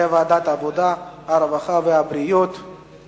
לוועדת העבודה, הרווחה והבריאות נתקבלה.